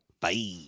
Bye